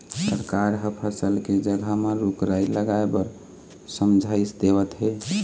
सरकार ह फसल के जघा म रूख राई लगाए बर समझाइस देवत हे